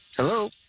Hello